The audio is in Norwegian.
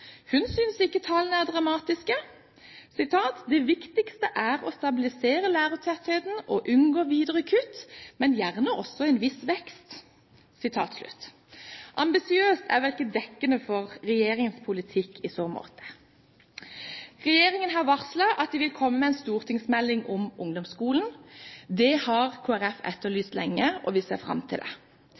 Hun synes ikke tallene er dramatiske: «Det viktigste er å stabilisere lærertettheten og unngå videre kutt, men gjerne også få til en viss vekst.» «Ambisiøst» er vel ikke et dekkende ord for regjeringens politikk i så måte. Regjeringen har varslet at de vil komme med en stortingsmelding om ungdomsskolen. Det har Kristelig Folkeparti etterlyst lenge, og vi ser fram til det.